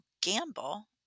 gamble